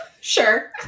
Sure